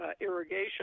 irrigation